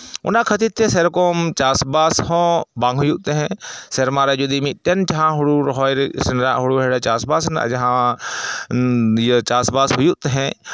ᱚᱱᱟ ᱠᱷᱟᱹᱛᱤᱨ ᱛᱮ ᱥᱮᱨᱚᱠᱚᱢ ᱪᱟᱥᱼᱵᱟᱥ ᱦᱚᱸ ᱵᱟᱝ ᱦᱩᱭᱩᱜ ᱛᱟᱦᱮᱸᱜ ᱥᱮᱨᱢᱟ ᱨᱮ ᱡᱩᱫᱤ ᱢᱤᱫᱴᱟᱱ ᱡᱟᱦᱟᱸ ᱦᱩᱲᱩ ᱨᱚᱦᱚᱭ ᱨᱮᱱᱟᱜ ᱦᱩᱲᱩ ᱦᱮᱲᱮ ᱪᱟᱥᱼᱵᱟᱥ ᱨᱮᱱᱟᱜ ᱡᱟᱦᱟᱸ ᱤᱭᱟᱹ ᱪᱟᱥᱼᱵᱟᱥ ᱦᱩᱭᱩᱜ ᱛᱟᱦᱮᱸᱜ